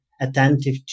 attentive